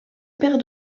père